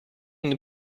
une